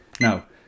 Now